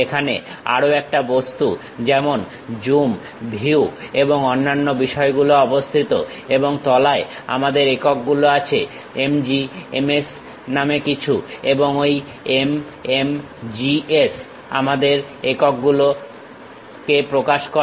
এখানে আরো একটা বস্তু যেমন জুম ভিউ এবং অন্য বিষয়গুলো অবস্থিত এবং তলায় আমাদের একক গুলো আছে MMGS নামে কিছু এবং এই MMGS আমাদের একক গুলোকে প্রকাশ করে